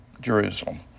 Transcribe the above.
Jerusalem